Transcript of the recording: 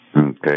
okay